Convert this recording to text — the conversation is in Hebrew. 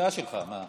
הוא מהסיעה שלך, מה?